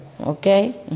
okay